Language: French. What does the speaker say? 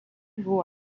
vaut